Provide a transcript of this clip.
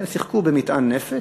הם שיחקו במטען נפץ,